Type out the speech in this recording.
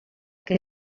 que